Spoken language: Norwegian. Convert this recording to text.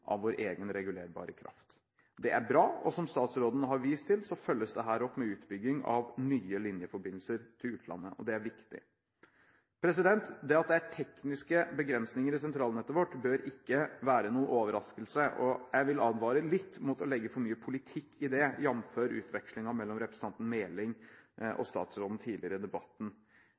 av vår egen regulerbare kraft. Det er bra, og som statsråden har vist til, følges dette opp med utbygging av nye linjeforbindelser til utlandet, og det er viktig. Det at det er tekniske begrensninger i sentralnettet vårt, bør ikke være noen overraskelse, og jeg vil advare litt mot å legge for mye politikk i det, jf. utvekslingen mellom representanten Meling og statsråden tidligere i debatten.